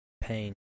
Pain